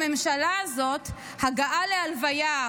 בממשלה זאת הגעה להלוויה,